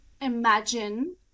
imagine